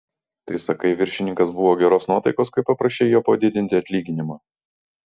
tai sakai viršininkas buvo geros nuotaikos kai paprašei jo padidinti atlyginimą